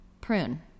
prune